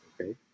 okay